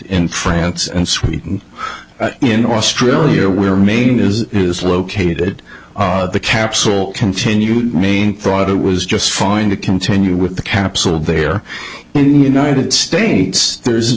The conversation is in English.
in france and sweden in australia were made in is is located on the capsule continued main thought it was just fine to continue with the capsule there in the united states there